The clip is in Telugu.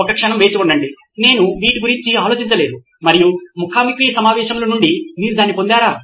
ఒక్క క్షణం వేచి ఉండండి నేను వీటి గురించి ఆలోచించలేదు మరియు ముఖా ముఖి సమావేశంల నుండి మీరు దాన్ని పొందారా